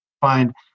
find